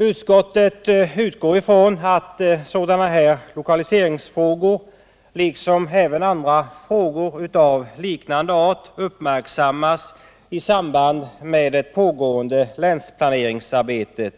Utskottet utgår ifrån att sådana här lokaliseringsfrågor, liksom även andra frågor av liknande art, uppmärksammas i samband med det pågående länsplaneringsarbetet.